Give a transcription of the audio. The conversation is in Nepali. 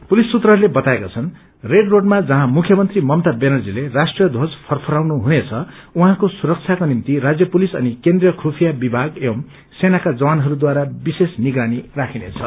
पुलिस सूत्रहरूले बताएका छन् रेड रोडमा जहाँ मुख्यमन्त्री ममता व्यानर्जीले राष्ट्रीय ध्वज फरफराउनु हुनेछ उहाँको सुरक्षाको निम्ति राज्य पुलिस अनि केन्द्रीय खुफिया विभाग एवं सेनाका जवानहरूद्वारा विशेष निगरानी राखिनेछ